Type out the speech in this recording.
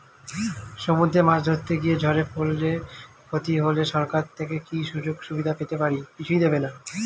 সমুদ্রে মাছ ধরতে গিয়ে ঝড়ে পরলে ও ক্ষতি হলে সরকার থেকে কি সুযোগ সুবিধা পেতে পারি?